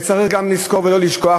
וצריך גם לזכור ולא לשכוח,